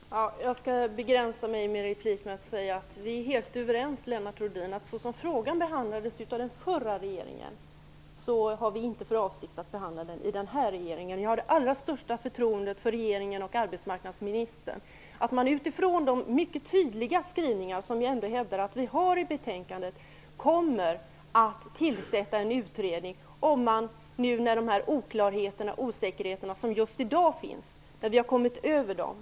Fru talman! Jag skall begränsa mig i min replik med att säga att vi är helt överens, Lennart Rohdin. Så som frågan behandlades av den förra regeringen har vi inte för avsikt att behandla den i den här regeringen. Jag har det allra största förtroende för regeringen och för arbetsmarknadsministern. Man kommer, utifrån de mycket tydliga skrivningar som jag ändå hävdar att vi har i betänkandet, att tillsätta en utredning när vi har kommit över de oklarheter och osäkerheter som finns idag.